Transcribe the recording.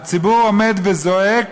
הציבור עומד וזועק